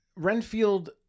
Renfield